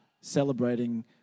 celebrating